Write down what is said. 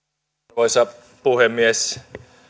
arvoisa puhemies